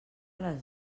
les